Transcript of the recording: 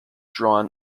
drawn